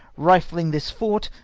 rifling this fort,